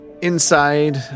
inside